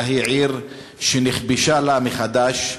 אלא היא עיר שנכבשה לה מחדש.